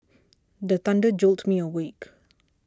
the thunder jolt me awake